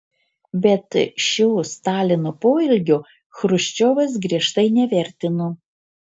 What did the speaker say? bet šio stalino poelgio chruščiovas griežtai nevertino